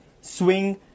Swing